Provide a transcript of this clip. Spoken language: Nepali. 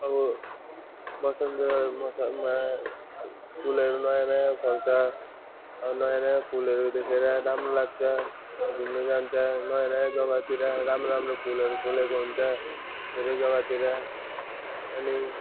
अब वसन्त मौसममा फुलहरू नयाँ नयाँ फल्छ नयाँ नयाँ फुलहरू देखेर राम्रो लाग्छ घुम्नु जान्छ नयाँ नयाँ जग्गातिर राम्रो राम्रो फुलहरू फुलेको हुन्छ धेरै जग्गातिर अनि